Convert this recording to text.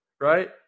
right